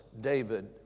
David